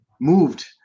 moved